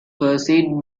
perceived